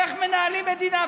איך מנהלים מדינה?